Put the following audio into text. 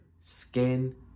skin